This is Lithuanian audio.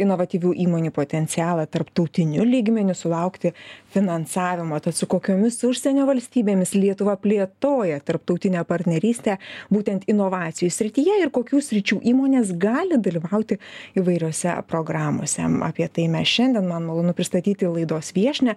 inovatyvių įmonių potencialą tarptautiniu lygmeniu sulaukti finansavimo tad su kokiomis užsienio valstybėmis lietuva plėtoja tarptautinę partnerystę būtent inovacijų srityje ir kokių sričių įmonės gali dalyvauti įvairiose programose apie tai mes šiandien man malonu pristatyti laidos viešnią